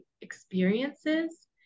experiences